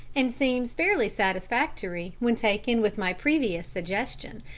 and seems fairly satisfactory when taken with my previous suggestion,